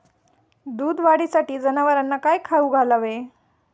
दूध वाढीसाठी जनावरांना काय खाऊ घालावे?